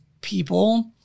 people